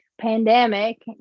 pandemic